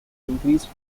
increase